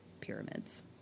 pyramids